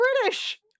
British